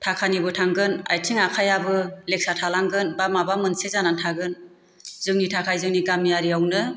थाखानिबो थांगोन आइथिं आखायाबो लेकसा थालांगोन बा माबा मोनसे जानानै थागोन जोंनि थाखाय जोंनि गामिआरिआवनो